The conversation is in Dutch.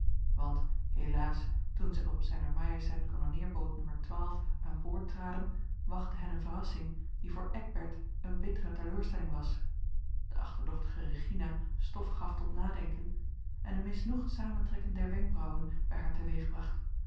want helaas toen zij op kon bood nu aan boord traden wachtte hen eene verrassing die voor eckbert eene bittere teleurstelling was de achterdochtige regina stof gaf tot nadenken en een misnoegd samentrekken der wenkbrauwen bij haar